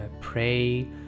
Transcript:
pray